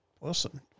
listen